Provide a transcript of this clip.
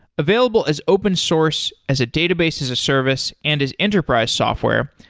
available as open source as a database as a service and as enterprise software,